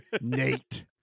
nate